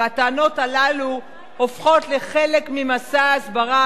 והטענות הללו הופכות לחלק ממסע הסברה